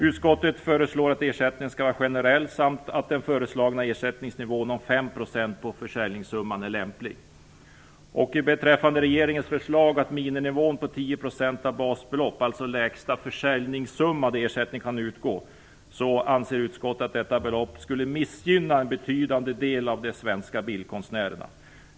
Utskottet föreslår att ersättningen skall vara generell och menar att den föreslagna ersättnignsnivån,5 % Utskottet anser att regeringens förslag om en miniminivå på 10 % av basbeloppet för ersättning, alltså lägsta försäljningssumma där ersättning skall utgå, skulle missgynna en betydande del av de svenska bildkonstnärerna.